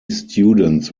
students